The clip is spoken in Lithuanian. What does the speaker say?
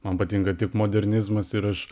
man patinka tik modernizmas ir aš